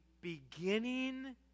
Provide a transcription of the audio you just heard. beginning